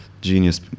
genius